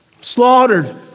Slaughtered